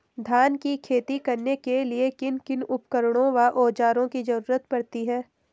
धान की खेती करने के लिए किन किन उपकरणों व औज़ारों की जरूरत पड़ती है?